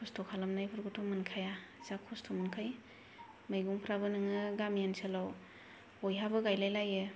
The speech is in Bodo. खस्त' खालामनायफोरखौथ' मोनखाया जा खस्त' मोनखायो मैगंफ्राबो नोङो गामि ओनसोलाव बयहाबो गायलायलायो